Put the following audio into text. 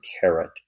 carrot